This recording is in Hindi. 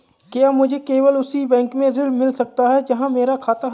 क्या मुझे केवल उसी बैंक से ऋण मिल सकता है जहां मेरा खाता है?